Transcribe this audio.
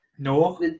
No